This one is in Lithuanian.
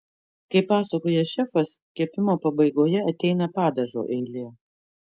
kaip pasakoja šefas kepimo pabaigoje ateina padažo eilė